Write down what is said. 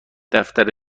دفتر